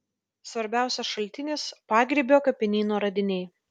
svarbiausias šaltinis pagrybio kapinyno radiniai